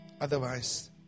Otherwise